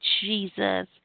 Jesus